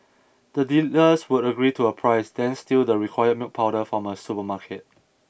the dealers would agree to a price then steal the required milk powder from a supermarket